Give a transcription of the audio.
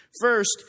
First